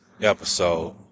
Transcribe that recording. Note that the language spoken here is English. episode